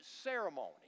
ceremony